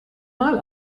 mal